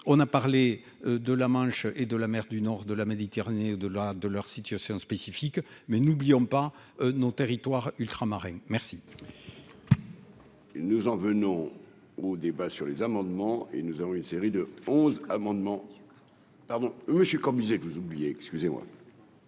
on a parlé de la Manche et de la mer du nord de la Méditerranée de la de leur situation spécifique, mais n'oublions pas nos territoires ultramarins merci.